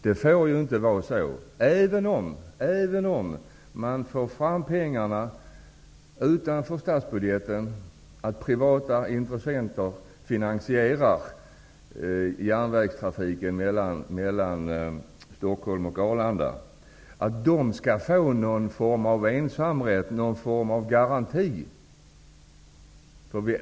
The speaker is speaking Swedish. Det får inte vara så, även om man får fram pengarna utanför statsbudgeten, att privata intressenter som finansierar järnvägstrafiken mellan Stockholm och Arlanda skall få någon form av ensamrätt, någon form av garanti.